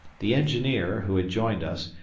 the engineer, who had joined us,